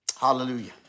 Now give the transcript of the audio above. Hallelujah